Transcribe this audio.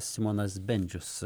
simonas bendžius